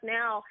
now